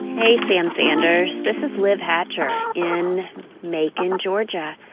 hey, sam sanders. this is liv hatcher in macon, ga.